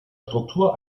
struktur